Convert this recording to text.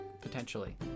potentially